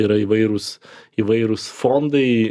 yra įvairūs įvairūs fondai